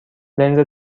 لنز